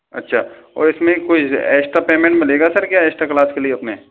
अच्छा और इसमें कोई एस्ट्रा पेमेंट मिलेगा सर क्या एस्ट्रा क्लास के लिए अपने